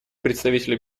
представителя